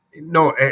no